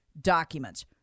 documents